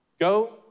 Go